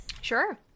Sure